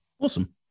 awesome